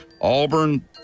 Auburn